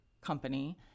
company